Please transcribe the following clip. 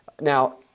now